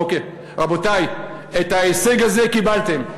אוקיי, רבותי, את ההישג הזה קיבלתם.